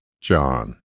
John